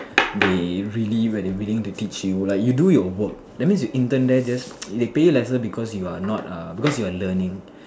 they really where they willing to teach you like you do your work that means you intern there just they pay you lesser because you are not uh because you are learning